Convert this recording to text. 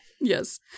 Yes